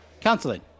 Counseling